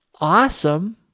awesome